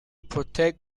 protect